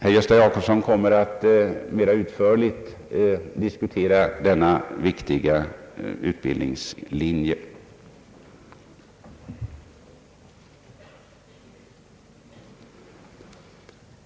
Herr Gösta Jacobsson kommer att mera utförligt diskutera denna viktiga utbildningslinje.